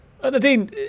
Nadine